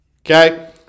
okay